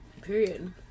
period